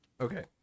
Okay